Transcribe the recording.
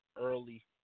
early